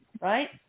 right